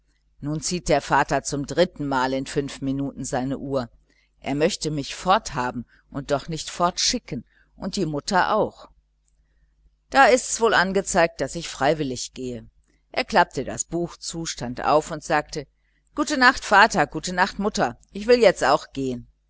nun zieht der vater zum drittenmal in fünf minuten seine uhr er möchte mich fort haben und doch nicht fortschicken und die mutter auch da ist's wohl angezeigt daß ich freiwillig gehe er klappte das buch zu stand auf und sagte gute nacht vater gute nacht mutter ich will jetzt auch gehen